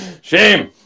Shame